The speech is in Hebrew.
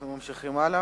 אנחנו ממשיכים הלאה.